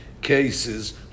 cases